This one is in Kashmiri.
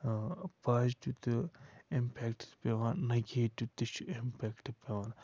پازٹِو تہٕ اِمپٮ۪کٹٕس پٮ۪وان نَگیٹِو تہِ چھِ اِمپٮ۪کٹ پٮ۪وان